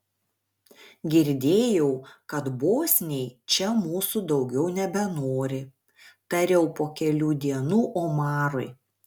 girdėjau kad bosniai čia mūsų daugiau nebenori tariau po kelių dienų omarui